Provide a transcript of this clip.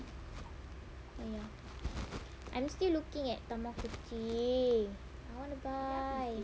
oh ya I'm still looking at tamagotchi I want to buy